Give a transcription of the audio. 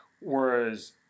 Whereas